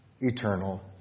eternal